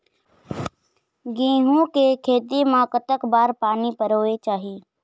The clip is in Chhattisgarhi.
गेहूं के खेती मा कतक बार पानी परोए चाही?